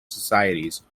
societies